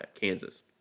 Kansas